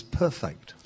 perfect